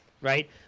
right